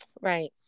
Right